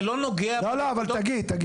זה לא נוגע --- לא, לא, אבל תגיד, תגיד.